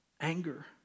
Anger